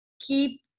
keep